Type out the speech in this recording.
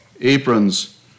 aprons